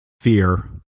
fear